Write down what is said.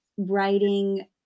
writing